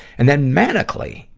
and then, manically,